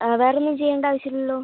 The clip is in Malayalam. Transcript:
വേറൊന്നും ചെയ്യേണ്ട ആവശ്യം ഇല്ലല്ലോ